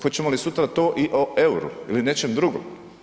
Hoćemo li sutra to i o euru ili nečem drugom.